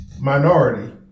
minority